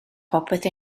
popeth